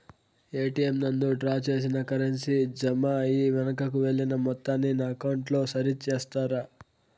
ATM నందు draw చేసిన currency jam అయి వెనుకకు వెళ్లిన మొత్తాన్ని నా అకౌంట్ లో సరి చేస్తారా?